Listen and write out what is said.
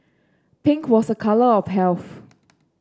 pink was a colour of health